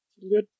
good